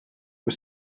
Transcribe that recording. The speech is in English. was